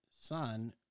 son